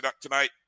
tonight